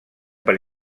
per